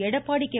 Edappadi K